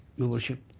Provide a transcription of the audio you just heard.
your worship.